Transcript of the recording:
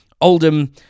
Oldham